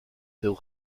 veel